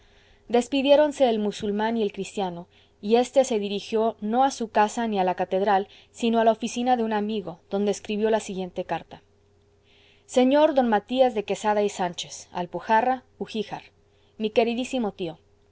tesoro despidiéronse el musulmán y el cristiano y éste se dirigió no a su casa ni a la catedral sino a la oficina de un amigo donde escribió la siguiente carta sr d matías de quesada y sánchez alpujarra ugíjar mi queridísimo tío